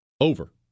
over